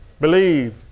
believe